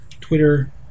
Twitter